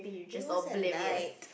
it was at night